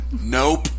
Nope